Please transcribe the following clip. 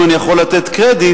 אם אני יכול לתת קרדיט,